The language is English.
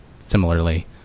similarly